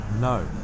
No